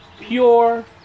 pure